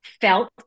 Felt